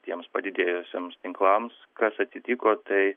tiems padidėjusiems tinklams kas atitiko tai